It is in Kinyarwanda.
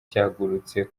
cyagurutse